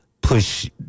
push